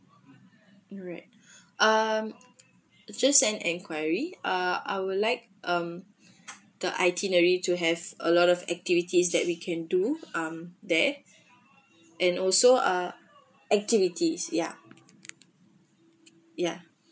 alright um just an enquiry uh I would like um the itinerary to have a lot of activities that we can do mm there and also uh activities ya ya